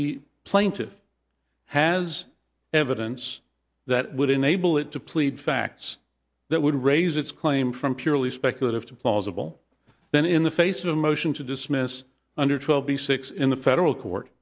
the plaintiff has evidence that would enable it to plead facts that would raise its claim from purely speculative to plausible then in the face of a motion to dismiss under twelve b six in the federal court